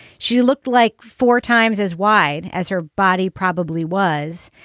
she looked like four times as wide as her body probably was.